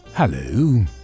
Hello